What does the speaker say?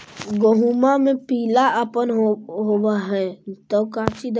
गोहुमा मे पिला अपन होबै ह तो कौची दबा कर हखिन?